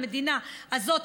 המדינה הזאת,